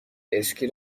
اسکی